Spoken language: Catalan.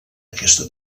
aquesta